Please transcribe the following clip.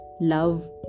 love